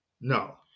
No